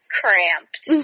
cramped